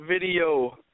video